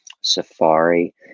Safari